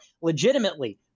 legitimately